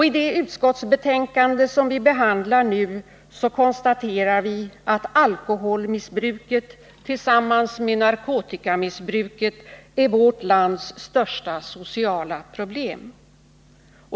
I det utskottsbetänkande, som vi nu behandlar, konstateras att alkoholmissbruket tillsammans med narkotikamissbruket är vårt lands största sociala problem.